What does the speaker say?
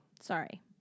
Sorry